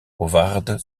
howard